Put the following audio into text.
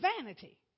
vanity